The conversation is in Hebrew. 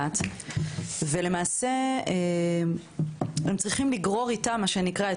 אז למעשה הם למעשה נאלצים לגרור איתם לאחר המחלה את